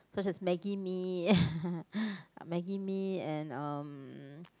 such as Maggi Mee Maggi Mee and um